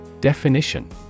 Definition